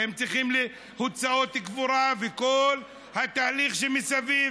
כי הם צריכים אותו להוצאות קבורה וכל התהליך שמסביב.